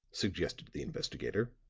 suggested the investigator.